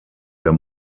der